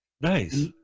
Nice